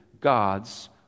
God's